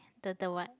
the the what